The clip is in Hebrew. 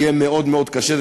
יהיה מאוד קשה.